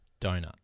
donut